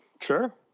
Sure